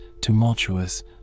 tumultuous